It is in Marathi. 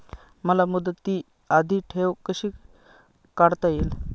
मला मुदती आधी ठेव कशी काढता येईल?